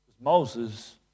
Moses